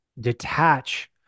detach